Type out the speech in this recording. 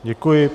Děkuji.